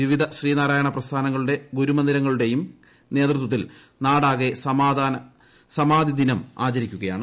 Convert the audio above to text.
വിവിധ ശ്രീനാരായണപ്രസ്ഥാനങ്ങളുടെ ഗുരുമന്ദിരങ്ങളുടെയും നേതൃത്വത്തിൽ നാടാകെ സമാധിദിനം ആചരിക്കുകയാണ്